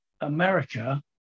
america